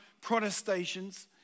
protestations